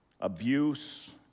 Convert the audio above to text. abuse